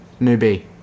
Newbie